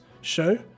show